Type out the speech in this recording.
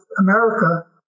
America